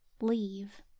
leave